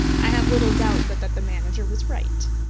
i have little doubt but that the manager was right.